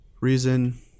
reason